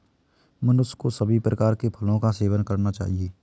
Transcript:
मनुष्य को सभी प्रकार के फलों का सेवन करना चाहिए